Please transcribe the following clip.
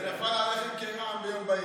וזה נפל עליהם כרעם ביום בהיר.